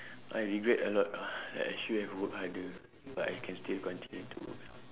I regret a lot ah like I should have work harder but I can still continue to work